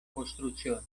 costruzione